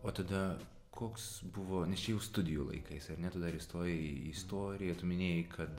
o tada koks buvo jau studijų laikais ar ne tu dar įstojai į istoriją tu minėjai kad